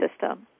system